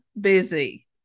busy